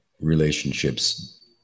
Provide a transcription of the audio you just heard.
relationships